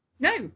No